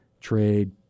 trade